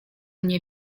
nie